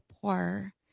poor